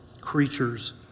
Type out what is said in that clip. creatures